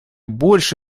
больше